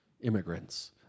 immigrants